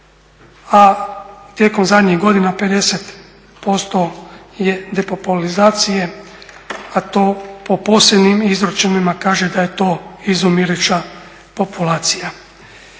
a tijekom zadnjih godina 50% je depopulizacije, a to po posebnim izračunima kaže da je to izumiruća populacija.